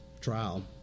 trial